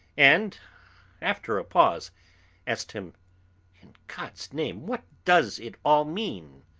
and after a pause asked him in god's name, what does it all mean?